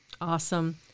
Awesome